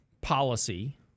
policy